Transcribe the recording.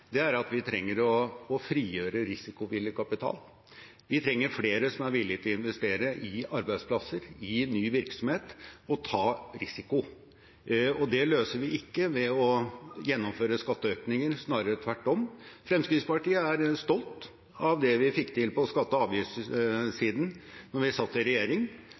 frigjøre risikovillig kapital. Vi trenger flere som er villige til å investere i arbeidsplasser, i ny virksomhet og ta risiko, og det løser vi ikke ved å gjennomføre skatteøkninger, snarere tvert om. Fremskrittspartiet er stolt av det vi fikk til på skatte- og avgiftssiden da vi satt i regjering,